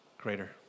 greater